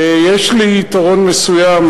יש לי יתרון מסוים,